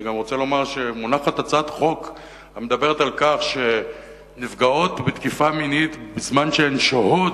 אני גם רוצה לומר שמונחת הצעת חוק על כך שנפגעות תקיפה מינית השוהות